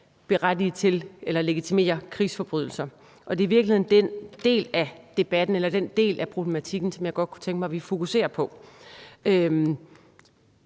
berettige til eller legitimere krigsforbrydelser, og det er i virkeligheden den del af debatten, den del af problematikken, som jeg godt kunne tænke mig at vi fokuserer på.